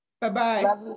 Bye-bye